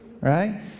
right